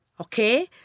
Okay